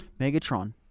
Megatron